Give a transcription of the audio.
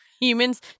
Humans